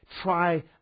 try